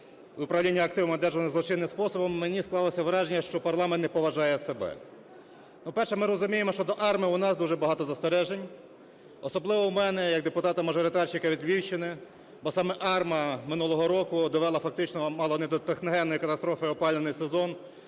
і управління активами, одержаними злочином способом, мені склалося враження, що парламент не поважає себе. По-перше, ми розуміємо що до АРМА у нас дуже багато застережень, особливо у мене, як депутата-мажоритарщика від Львівщини, бо саме АРМА минулого року довела фактично мало не до техногенної катастрофи опалювальний сезон